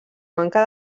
manca